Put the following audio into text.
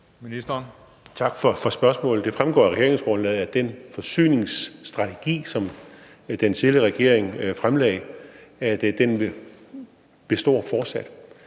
Tak for spørgsmålet. Det fremgår af regeringsgrundlaget, at den forsyningsstrategi, som den tidligere regering fremlagde, fortsat